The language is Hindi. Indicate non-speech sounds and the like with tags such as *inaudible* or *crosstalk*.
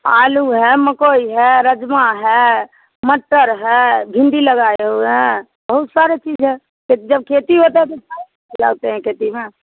आलू है मकई है राजमा है मटर है भिंडी लगाए हुए हैं बहुत सारी चीज़ें हैं तो जब खेती होती है *unintelligible* लगाते हैं खेती में